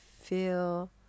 feel